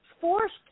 forced